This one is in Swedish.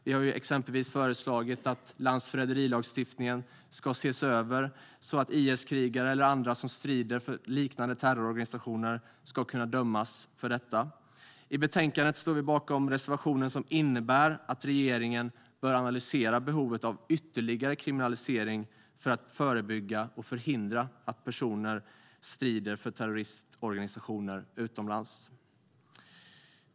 Vi har exempelvis föreslagit att landsförräderilagstiftningen ska ses över så att IS-krigare eller andra som strider för liknande terrororganisationer ska kunna dömas för förräderi. I betänkandet står vi bakom reservationen som innebär att regeringen bör analysera behovet av ytterligare kriminalisering för att förebygga och förhindra att personer strider för terroristorganisationer utomlands.